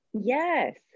Yes